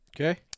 Okay